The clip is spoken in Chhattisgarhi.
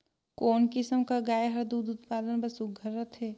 कोन किसम कर गाय हर दूध उत्पादन बर सुघ्घर रथे?